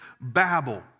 babble